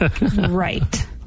Right